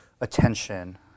attention